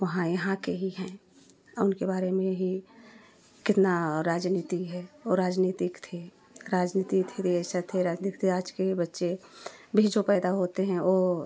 वहाँ यहाँ के ही हैं उनके बारे में ही कितना राजनीति है वह राजनीतिक थे राजनीतिक थे थे राजनीतिक राज के ही बच्चे भी जो पैदा होते हैं वह